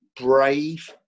brave